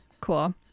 cool